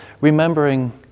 remembering